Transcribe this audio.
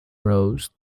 rows